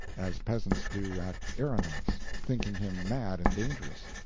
as peasants do at aeronauts, thinking him mad and dangerous.